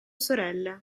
sorelle